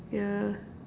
yeah